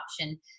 option